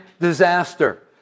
disaster